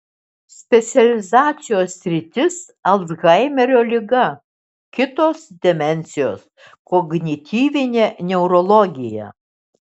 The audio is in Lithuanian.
specializacijos sritis alzhaimerio liga kitos demencijos kognityvinė neurologija